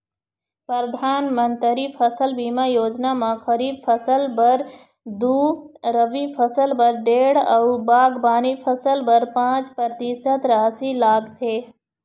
परधानमंतरी फसल बीमा योजना म खरीफ फसल बर दू, रबी फसल बर डेढ़ अउ बागबानी फसल बर पाँच परतिसत रासि लागथे